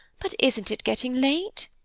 but isn't it getting late?